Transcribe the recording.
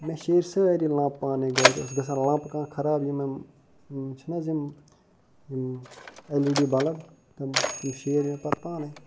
مےٚ شِیٖرۍ سٲری لنپ پانے گرِ اوس گژھان لنپ کانٛہہ لنپ خراب یِمن یِم چھِ نہ حظ یِم یِم ایٚل ایی ڈی بلب تِم تِم شیٖر مےٚ پتہٕ پانے